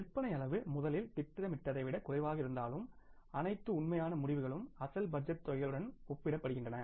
விற்பனை அளவு முதலில் திட்டமிட்டதை விட குறைவாக இருந்தாலும் அனைத்து உண்மையான முடிவுகளும் அசல் பட்ஜெட் தொகைகளுடன் ஒப்பிடப்படுகின்றன